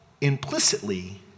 implicitly